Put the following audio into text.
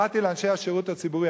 באתי לאנשי השירות הציבורי,